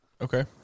Okay